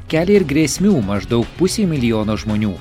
kelia ir grėsmių maždaug pusei milijono žmonių